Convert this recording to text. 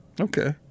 Okay